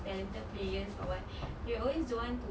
talented players or what they always don't want to